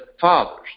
fathers